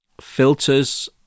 Filters